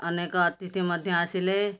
ଅନେକ ଅତିଥି ମଧ୍ୟ ଆସିଲେ